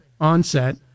onset